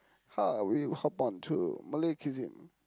how about we hop on to Malay cuisine